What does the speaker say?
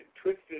twisted